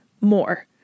more